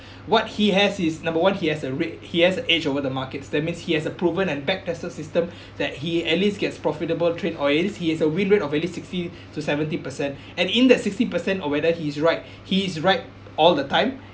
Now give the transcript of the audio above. what he has is number one he has a red he has edge over the markets that means he has a proven and back tested system that he at least gets profitable trade or at least he has a win rate of at least sixty to seventy percent and in that sixty percent or whether he's right he's right all the time